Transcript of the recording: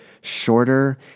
shorter